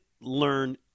learn –